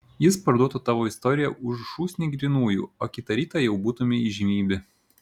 jis parduotų tavo istoriją už šūsnį grynųjų o kitą rytą jau būtumei įžymybė